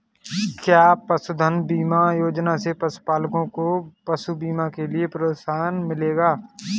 क्या पशुधन बीमा योजना से पशुपालकों को पशु बीमा के लिए प्रोत्साहन मिलेगा?